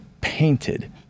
painted